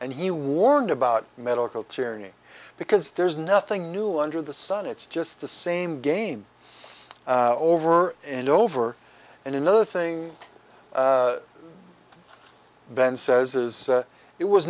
and he warned about medical tyranny because there's nothing new under the sun it's just the same game over and over and another thing then says is it was